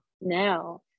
now